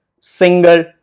single